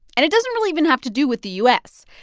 and it doesn't really even have to do with the u s.